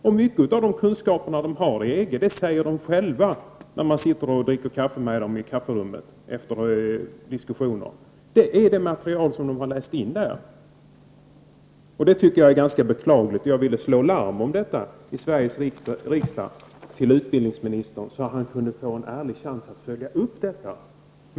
När man sitter och dricker kaffe med lärarna i kafferummet efter diskussioner säger de att de har fått sina kunskaper om EG från det material som de har läst in där. Det är ganska beklagligt. Jag ville därför slå larm om detta till utbildningsministern i Sveriges riksdag, så att han skulle kunna få en ärlig chans att föja upp detta.